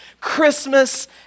Christmas